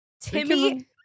Timmy